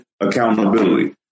accountability